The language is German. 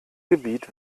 gebiet